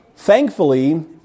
Thankfully